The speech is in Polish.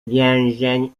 więzień